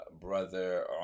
brother